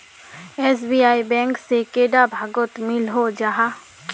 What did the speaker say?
SBI bank से कैडा भागोत मिलोहो जाहा?